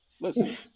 listen